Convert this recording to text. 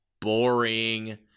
boring